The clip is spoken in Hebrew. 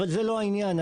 אבל זה לא העניין אפילו.